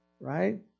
right